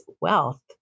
wealth